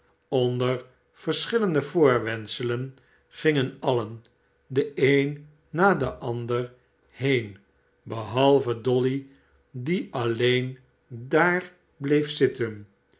onder verschillende voorwendselen gingen alien de een na deifc ander heen behalve dolly die alleen daar bleef zitten